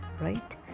right